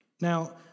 now